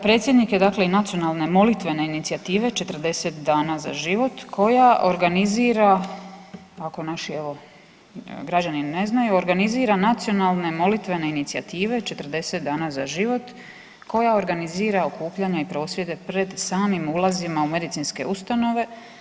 Predsjednik je dakle i Nacionalne molitvene inicijative „40 dana za život“ koja organizira ako evo naši građani ne znaju organizira nacionalne molitvene inicijative 40 dana za život koja okupljanja i prosvjede pred samim ulazima u medicinske ustanove.